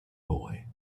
boy